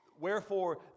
wherefore